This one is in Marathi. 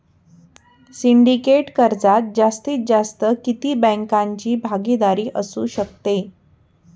सिंडिकेट कर्जात जास्तीत जास्त किती बँकांची भागीदारी असू शकते?